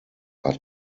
are